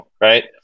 Right